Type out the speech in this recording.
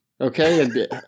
Okay